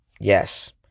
Yes